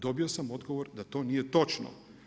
Dobio sam odgovor da to nije točno.